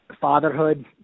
fatherhood